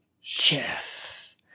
Chef